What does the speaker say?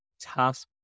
tasks